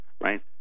Right